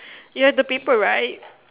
you have the paper right